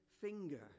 finger